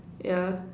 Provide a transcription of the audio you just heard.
yeah